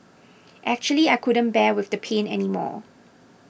actually I couldn't bear with the pain anymore